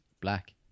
black